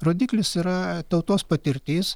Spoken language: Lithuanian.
rodiklis yra tautos patirtis